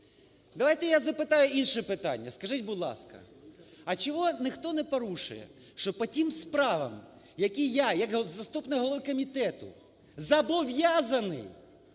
Давайте я запитаю інше питання. Скажіть, будь ласка, а чого ніхто не порушує, що потім справам, які я як заступник голови комітету зобов'язаний